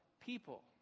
people